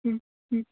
ह्म् ह्म्